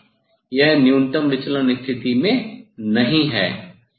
नहीं यह न्यूनतम स्थिति में नहीं है